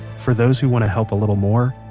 for those who want to help a little more,